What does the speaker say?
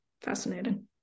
fascinating